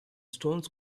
stones